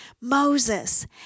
Moses